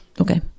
Okay